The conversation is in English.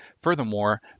Furthermore